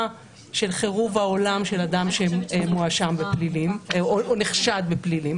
של החרבת העולם של אדם שנחשד בפלילים,